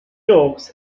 oaks